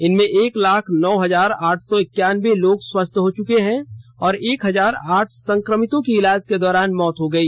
इनमें एक लाख नौ हजार आठ सौ इक्यान्बे लोग स्वस्थ हो चुके हैं तथा एक हजार आठ संक्रमितों की इलाज के दौरान मौत हो गई